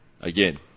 again